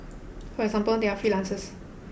for example they are freelancers